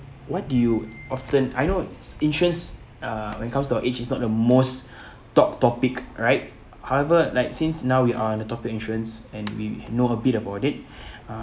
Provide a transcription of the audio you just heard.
what do you often I know insurance uh when it comes to our age it's not the most top topic right however like since now we are in the topic insurance and we know a bit about it